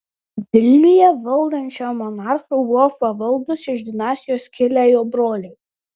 vilniuje valdančiam monarchui buvo pavaldūs iš dinastijos kilę jo broliai